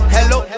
Hello